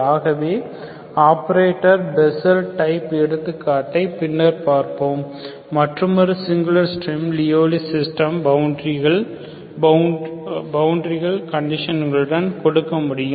ஆகவே operator Bessel type எடுத்துக்காட்டை பின்னர் பார்ப்போம் மற்றுமொரு சிங்குளர் ஸ்ட்ரம் லியவ்லி சிஸ்டம் பவுண்டரிகள் கண்டிசன்களுடன் கொடுக்க முடியும்